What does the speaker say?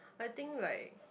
I think like